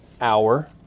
hour